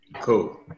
Cool